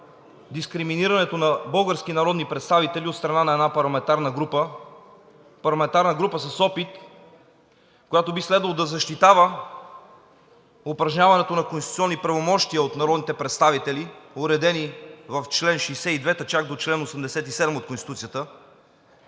дискриминирането на български народни представители от страна на една парламентарна група с опит, която би следвало да защитава упражняването на конституционни правомощия от народните представители, уредени в чл. 62, та чак до чл. 87 от Конституцията?